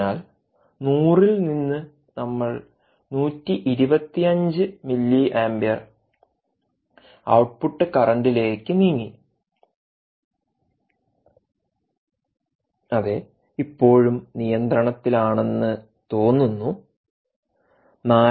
അതിനാൽ 100 ൽ നിന്ന് നമ്മൾ 125 മില്ലീആംപിയർ ഔട്ട്പുട്ട് കറന്റിലേക്ക് നീങ്ങി അതെ ഇപ്പോഴും നിയന്ത്രണത്തിലാണെന്ന് തോന്നുന്നു 4